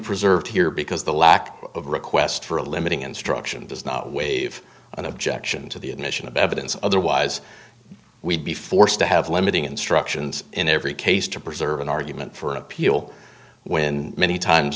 preserved here because the lack of a request for a limiting instruction does not waive an objection to the admission of evidence otherwise we'd be forced to have limiting instructions in every case to preserve an argument for appeal when many times